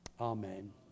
Amen